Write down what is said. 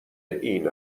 این